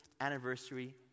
anniversary